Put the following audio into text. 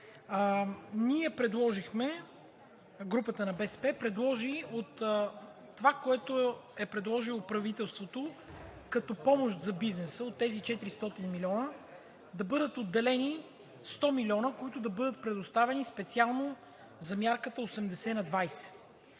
Ние предложихме, групата на БСП предложи от това, което е предложило правителството като помощ за бизнеса, от тези 400 млн. лв., да бъдат отделени 100 млн. лв., които да бъдат предоставени специално за мярката 80/20.